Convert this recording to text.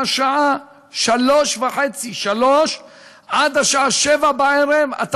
מהשעה 15:30-15:00 עד השעה 19:00 אתה